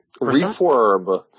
Reform